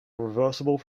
reversible